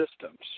systems